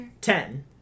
Ten